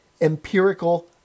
empirical